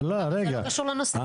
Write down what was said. למה זה לא קשור לנושא?